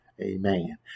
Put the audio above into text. Amen